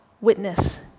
witness